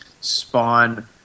spawn